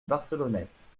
barcelonnette